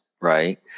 Right